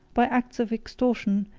by acts of extortion,